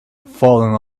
falling